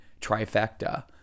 trifecta